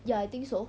ya I think so